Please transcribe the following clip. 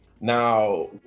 now